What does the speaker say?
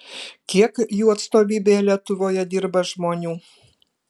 kiek jų atstovybėje lietuvoje dirba žmonių